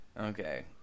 Okay